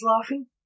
laughing